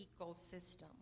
ecosystem